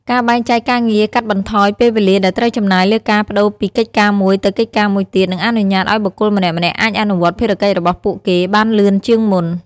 ការបែងចែកការងារកាត់បន្ថយពេលវេលាដែលត្រូវចំណាយលើការប្តូរពីកិច្ចការមួយទៅកិច្ចការមួយទៀត និងអនុញ្ញាតឱ្យបុគ្គលម្នាក់ៗអាចអនុវត្តភារកិច្ចរបស់ពួកគេបានលឿនជាងមុន។